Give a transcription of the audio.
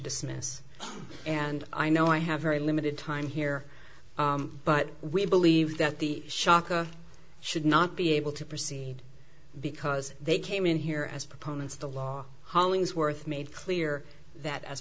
dismiss and i know i have very limited time here but we believe that the shaka should not be able to proceed because they came in here as proponents of the law hollingsworth made clear that as